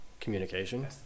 Communication